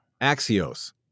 Axios